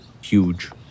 Huge